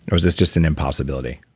or is this just an impossibility?